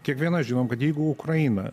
kiekvienas žinom kad jeigu ukraina